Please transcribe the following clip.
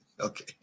Okay